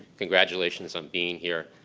congratulations on being here.